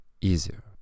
easier